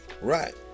right